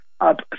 up